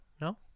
No